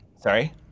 Sorry